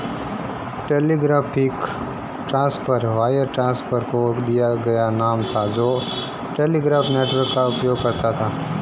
telegraphic transfer wire transfer को दिया गया नाम था जो टेलीग्राफ नेटवर्क का उपयोग करता था